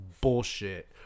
bullshit